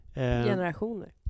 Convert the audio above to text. Generationer